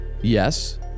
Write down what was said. Yes